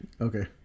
okay